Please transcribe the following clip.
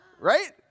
Right